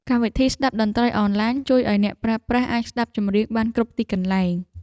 កម្មវិធីស្តាប់តន្ត្រីអនឡាញ ជួយឱ្យអ្នកប្រើប្រាស់អាចស្តាប់ចម្រៀងបានគ្រប់ទីកន្លែង។